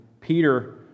Peter